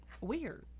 weird